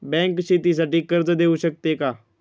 Bank शेतीसाठी कर्ज देऊ शकते का?